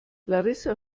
larissa